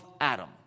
Adam